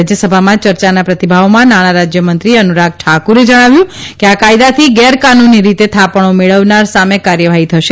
રાજ્યસભામાં યર્ચાના પ્રતિભાવમાં નાણાં રાજ્યમંત્રી અનુરાગ ઠાકુરે જણાવ્યું કે આ કાયદાથી ગેરકાનૂની રીતે થાપણો મેળવનાર સામે કાર્યવાહી થશે